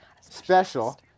Special